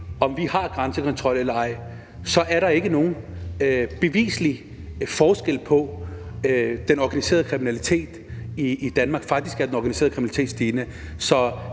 om vi har grænsekontrol eller ej, ikke er nogen bevislig forskel i forhold til den organiserede kriminalitet i Danmark. Faktisk er den organiserede kriminalitet stigende.